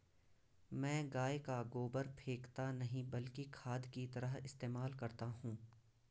मैं गाय का गोबर फेकता नही बल्कि खाद की तरह इस्तेमाल करता हूं